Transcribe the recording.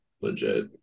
Legit